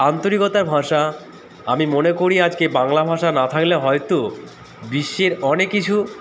আন্তরিকতার ভাষা আমি মনে করি আজকে বাংলা ভাষা না থাকলে হয়তো বিশ্বের অনেক কিছু